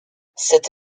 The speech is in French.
cette